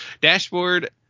dashboard